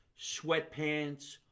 sweatpants